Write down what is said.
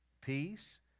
peace